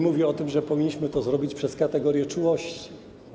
Mówi o tym, że powinniśmy to zrobić przez kategorię czułości.